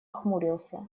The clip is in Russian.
хмурился